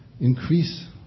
increase